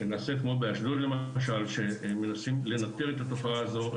שנעשית כמו באשדוד, שם מנסים לברר את התופעה.